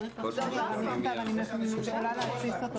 הממשלה תשמין והוועדות תצטמצמנה.